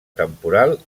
temporal